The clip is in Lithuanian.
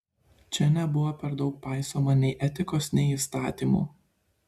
čia nebuvo per daug paisoma nei etikos nei įstatymų